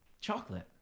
Chocolate